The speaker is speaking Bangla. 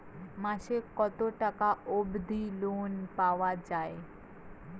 মাসে কত টাকা অবধি লোন পাওয়া য়ায়?